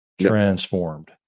transformed